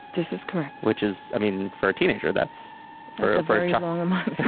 this is correct. which is i mean, for a teenager, that's for a very long um um so